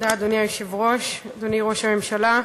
אדוני היושב-ראש, תודה, אדוני ראש הממשלה,